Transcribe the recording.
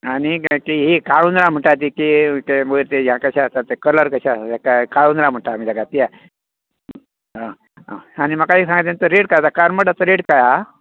आनीक ती ही काळुंदरां म्हणटात ती ही वयर कलर कशें आसतात ते तेका काळुंदरां म्हणटात ते हां हां आनी म्हाका एक सांग करमाटाचो रेट कांय आसा